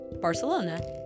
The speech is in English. Barcelona